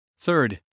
Third